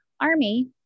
army